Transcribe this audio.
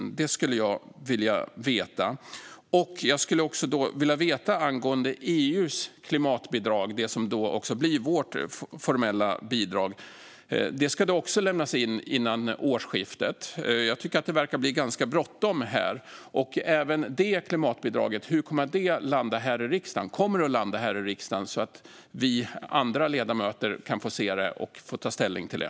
Det skulle jag vilja veta. Angående EU:s klimatbidrag, det som också blir vårt formella bidrag och som också ska lämnas in före årsskiftet, tycker jag att det verkar bli ganska bråttom. Kommer detta klimatbidrag att landa här i riksdagen, så att vi ledamöter kan få se det och ta ställning till det?